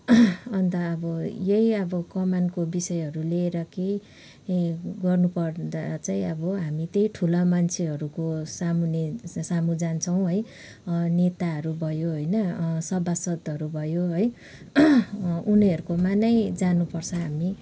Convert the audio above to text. अन्त अब यही अब कमानको विषयहरू लिएर कही गर्नुपर्दा चाहिँ हामी अब हामी त्यही ठुला मान्छेहरूको सामुने सामु जान्छौँ है नेताहरू भयो होइन सभासदहरू भयो है उनीहरूकोमा नै जानुपर्छ हामी